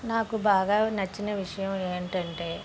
నాకు బాగా నచ్చిన విషయం ఏంటంటే